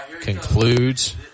concludes